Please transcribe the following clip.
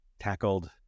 tackled